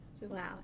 Wow